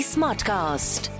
Smartcast